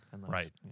right